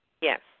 Yes